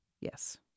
yes